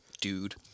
dude